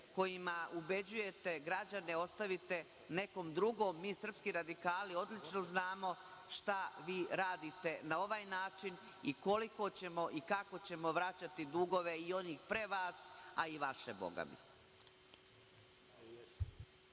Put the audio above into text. kojima ubeđujete građane ostavite nekom drugom, mi srpski radikali odlično znamo šta vi radite na ovaj način i koliko ćemo i kako ćemo vraćati dugove i onih pre vas, a i vaše bogami.